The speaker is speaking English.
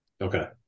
okay